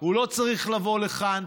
הוא לא צריך לבוא לכאן.